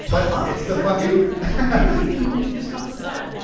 but it's the fucking i mean people you just helped with that?